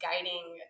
guiding